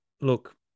Look